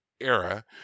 era